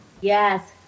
Yes